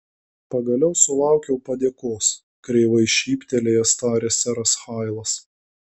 pagaliau sulaukiau padėkos kreivai šyptelėjęs tarė seras hailas